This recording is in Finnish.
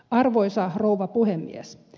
arvoisa rouva puhemies